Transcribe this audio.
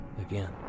again